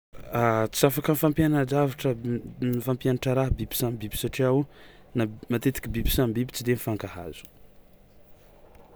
Tsy afaka mifampiana-javatra mifampianatra raha biby samy biby satria o matetiky biby samy biby tsy mifankahazo.